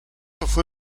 estos